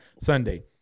Sunday